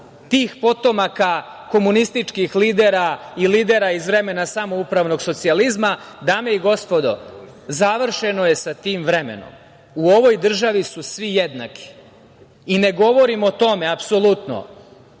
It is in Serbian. tih potomaka komunističkih lidera i lidera iz vremena samoupravnog socijalizma. Dame i gospodo, završeno je sa tim vremenom. U ovoj državi su svi jednaki i ne govorimo o tome apsolutno